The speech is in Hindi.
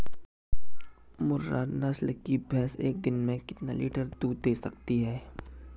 मुर्रा नस्ल की भैंस एक दिन में कितना लीटर दूध दें सकती है?